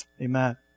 Amen